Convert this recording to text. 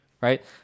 right